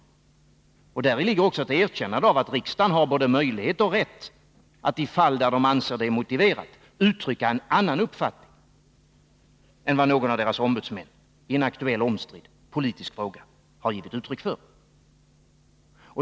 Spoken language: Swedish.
Däri ligger också ett erkännande att riksdagen har både möjlighet och rätt att i fall där det anses motiverat uttrycka en annan uppfattning än vad någon av ombudsmännen i en aktuell omstridd politisk fråga har givit uttryck för.